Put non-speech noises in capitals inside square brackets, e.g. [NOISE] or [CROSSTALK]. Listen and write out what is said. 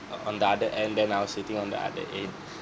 uh on the other end then I was sitting on the other end [BREATH]